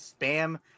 Spam